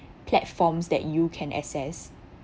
platforms that you can access